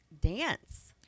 dance